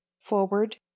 forward